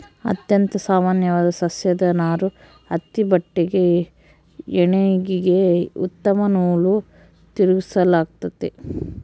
ಅತ್ಯಂತ ಸಾಮಾನ್ಯವಾದ ಸಸ್ಯದ ನಾರು ಹತ್ತಿ ಬಟ್ಟೆಗೆ ಹೆಣಿಗೆಗೆ ಉತ್ತಮ ನೂಲು ತಿರುಗಿಸಲಾಗ್ತತೆ